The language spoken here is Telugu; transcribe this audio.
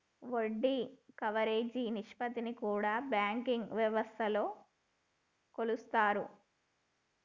వడ్డీ కవరేజీ నిష్పత్తిని కూడా బ్యాంకింగ్ వ్యవస్థలో కొలుత్తారు